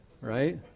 right